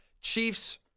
Chiefs